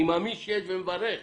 אני מאמין שיש ומברך,